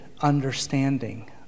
understanding